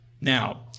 Now